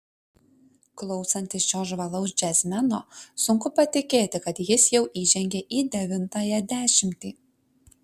klausantis šio žvalaus džiazmeno sunku patikėti kad jis jau įžengė į devintąją dešimtį